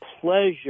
pleasure